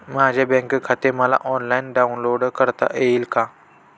माझे बँक खाते मला ऑनलाईन डाउनलोड करता येईल का?